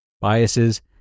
biases